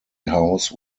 house